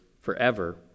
forever